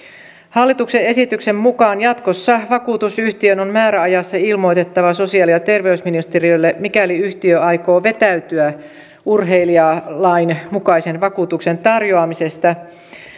hallituksen esityksen mukaan jatkossa vakuutusyhtiön on määräajassa ilmoitettava sosiaali ja terveysministeriölle mikäli yhtiö aikoo vetäytyä urheilijalain mukaisen vakuutuksen tarjoamisesta